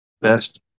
best